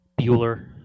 Bueller